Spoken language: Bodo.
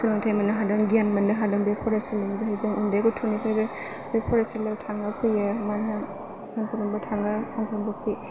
सोलोंथाइ मोननो हादों गियान मोननो हादों बे फरायसालियानो जाहैदों उन्दै गथनिफ्रायनो बे फरायसालियाव थाङो फैयो सानफ्रोमबो थाङो सानफ्रोमबो फैयो